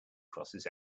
crosses